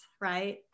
right